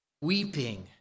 weeping